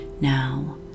Now